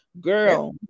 Girl